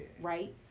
right